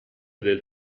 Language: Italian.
del